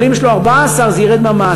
אבל אם יש לו 14, זה ירד מהמעסיק.